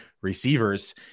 receivers